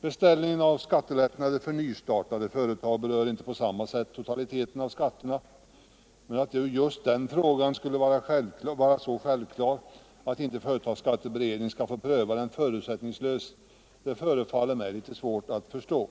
Beställningen av skattelättnader för nystartade företag berör inte på samma sätt totaliteten av skatterna, men att just den frågan skulle vara så självklar att inte företagsskatteberedningen skall få pröva den förutsättningslöst förefaller mig litet svårt att förstå.